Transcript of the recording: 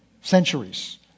centuries